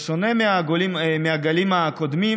בשונה מהגלים הקודמים,